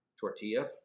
Tortilla